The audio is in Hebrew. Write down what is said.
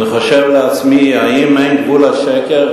ואני חושב לעצמי: האם אין גבול לשקר?